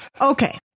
Okay